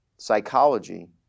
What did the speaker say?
psychology